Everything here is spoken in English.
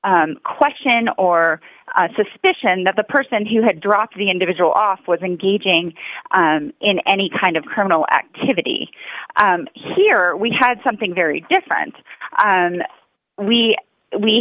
no question or a suspicion that the person who had dropped the individual off was engaging in any kind of criminal activity here or we had something very different and we we